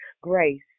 grace